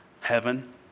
heaven